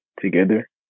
together